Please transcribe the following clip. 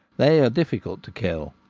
they are difficult to kill.